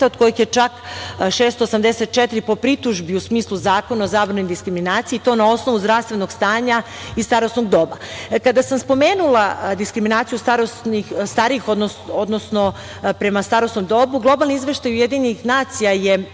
od kojih je čak 684 po pritužbi u smislu Zakona o zabrani diskriminacije i to na osnovu zdravstvenog stanja i starosnog doba. Kada sam spomenula diskriminaciju starijih, odnosno prema starosnom dobu, globalni Izveštaj UN je primetio da je